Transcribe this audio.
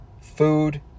food